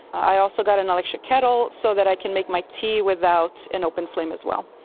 i also got an electric kettle so that i can make my tea without an open flame as well.